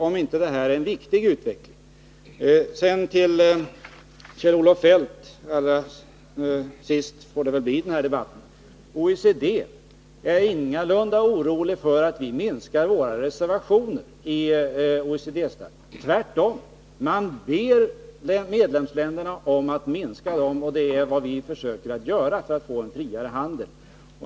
— Är inte detta en viktig utveckling? Sedan några ord till Kjell-Olof Feldt, allra sist i den här debatten. OECD är ingalunda oroligt för att vi minskar våra reservationer i förhållande till OECD-reglerna. Tvärtom — man ber medlemsländerna att minska dem, och det är vad vi försöker göra för att få en friare handel.